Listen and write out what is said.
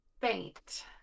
faint